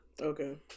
Okay